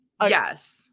Yes